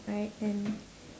right and